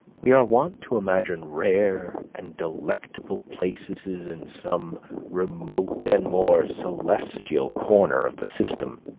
we are wont to imagine rare and delectable places in some remote and more celestial corner of the system,